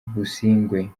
busingye